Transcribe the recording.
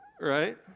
Right